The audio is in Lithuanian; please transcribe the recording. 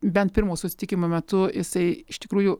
bent pirmo susitikimo metu jisai iš tikrųjų